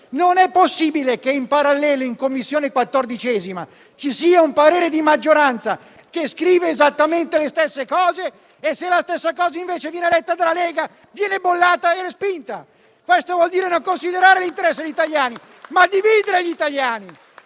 Non è possibile che, in parallelo, in 14a Commissione ci sia un parere di maggioranza che scrive esattamente queste cose, ma se le stesse vengono dette dalla Lega, la proposta viene bollata e respinta. Questo vuol dire non considerare l'interesse degli italiani, ma dividere gli italiani!